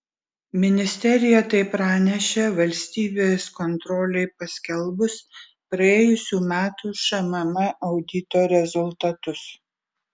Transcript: ministerija tai pranešė valstybės kontrolei paskelbus praėjusių metų šmm audito rezultatus